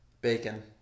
bacon